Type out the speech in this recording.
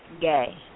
gay